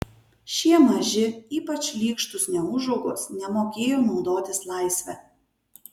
šie maži ypač šlykštūs neūžaugos nemokėjo naudotis laisve